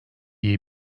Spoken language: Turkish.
iyi